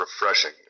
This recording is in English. refreshing